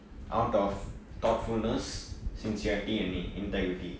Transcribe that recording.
out of thoughtfulness sincerity and i~ integrity